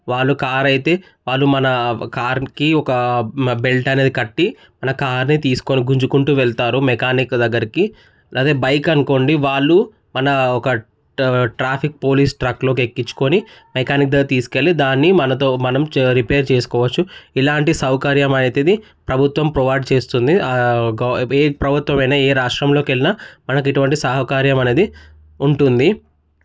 వాళ్ళు కార్ అయితే వాళ్ళు మన కార్కి ఒక బెల్ట్ అనేది కట్టి మన కార్ని తీసుకొని గుంజుకుంటు వెళ్తారు మెకానిక్ దగ్గరికి అదే బైక్ అనుకోండి వాళ్ళు మన ఒక ట్రాఫిక్ పోలీస్ ట్రక్లోకి ఎక్కించుకొని మెకానిక్ దగ్గరికి తీసుకు వెళ్ళి దాన్ని మనతో మనం రిపేర్ చేసుకోవచ్చు ఇలాంటి సౌకర్యం అవుతుంది ప్రభుత్వం ప్రొవైడ్ చేస్తుంది గౌ ఏ ప్రభుత్వమైన ఏ రాష్ట్రంలో వెళ్ళినా మనకు ఎటువంటి సహకారం అనేది ఉంటుంది